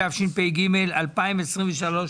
התשפ"ג-2023,